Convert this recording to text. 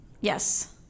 Yes